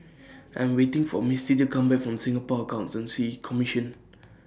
I'm waiting For Misti to Come Back from Singapore Accountancy Commission